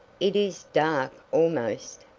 it is dark, almost.